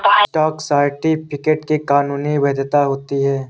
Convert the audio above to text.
stock certificate की कानूनी वैधता होती है